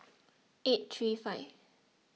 eight three five